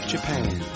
Japan